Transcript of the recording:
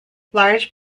large